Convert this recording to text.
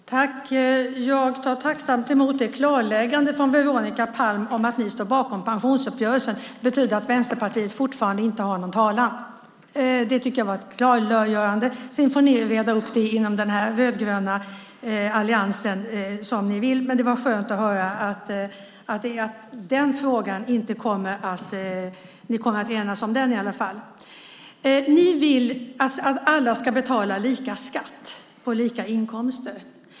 Herr talman! Jag tar tacksamt emot klarläggandet från Veronica Palm om att ni står bakom pensionsuppgörelsen. Det betyder att Vänsterpartiet fortfarande inte har någon talan. Det tycker jag var ett klargörande. Sedan får ni reda upp det inom den rödgröna alliansen som ni vill, men det var skönt att höra att ni kommer att enas om den frågan i alla fall. Ni vill att alla ska betala lika skatt på lika inkomster.